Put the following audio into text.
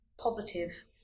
positive